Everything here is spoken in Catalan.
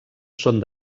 són